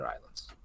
islands